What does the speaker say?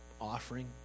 offering